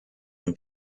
and